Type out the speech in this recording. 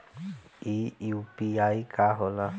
ई यू.पी.आई का होला?